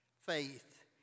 Faith